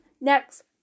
next